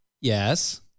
yes